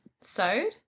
sewed